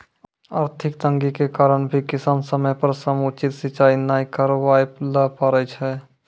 आर्थिक तंगी के कारण भी किसान समय पर समुचित सिंचाई नाय करवाय ल पारै छै